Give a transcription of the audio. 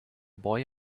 boy